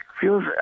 feels